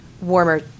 warmer